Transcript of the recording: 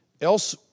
Else